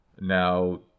Now